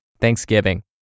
Thanksgiving